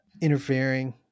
interfering